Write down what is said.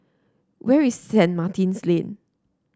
where is St Martin's Lane